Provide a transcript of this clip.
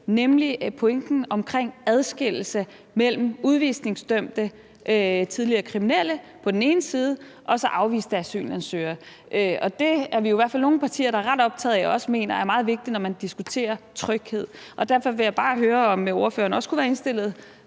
nemlig pointen med adskillelse af udvisningsdømte tidligere kriminelle på den ene side og afviste asylansøgere på den anden. Det er vi jo i hvert fald nogle partier der er optaget af og også mener er meget vigtigt, når man diskuterer tryghed. Derfor vil jeg bare høre, om ordføreren også kunne være indstillet